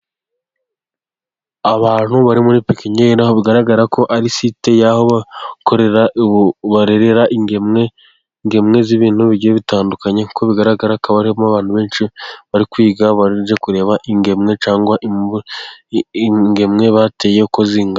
Abantu bari muri pipiniyeri, ni ahantu hagaragara ko ari site y'aho bakorera, barerera ingemwe, z'ibintu bigiye bitandukanye, nk'uko bigaragara hakaba harimo abantu benshi bari kwiga, baje kureba ingemwe cyangwa ingemwe bateye uko zingana.